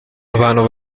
abantu